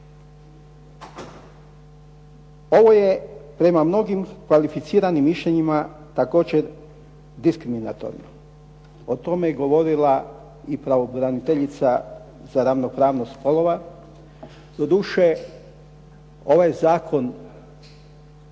Ovo je prema mnogim kvalificiranim mišljenjima također diskriminatorno. O tome je govorila i pravobraniteljica za ravnopravnost spolova. Do duše ovaj zakon